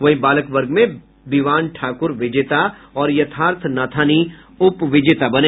वहीं बालक वर्ग में विवान ठाकुर विजेता और यथार्थ नाथानी उपविजेता बने